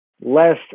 less